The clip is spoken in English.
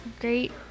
great